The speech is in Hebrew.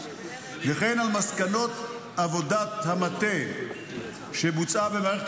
וכן על מסקנות עבודת המטה שבוצעה במערכת